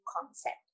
concept